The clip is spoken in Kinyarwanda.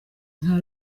nka